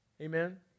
Amen